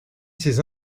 ses